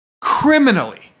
criminally